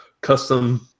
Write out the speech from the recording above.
custom